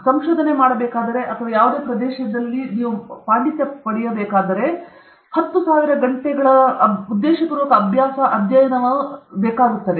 ಸಂಶೋಧನೆಯ ಸಕಾರಾತ್ಮಕ ಅಥವಾ ಪ್ರದೇಶವನ್ನು ಸದುಪಯೋಗಪಡಿಸಿಕೊಳ್ಳಲು ಸುಮಾರು 10000 ಗಂಟೆಗಳ ಉದ್ದೇಶಪೂರ್ವಕ ಅಭ್ಯಾಸ ಅಧ್ಯಯನವು ತೆಗೆದುಕೊಳ್ಳುತ್ತದೆ